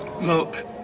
Look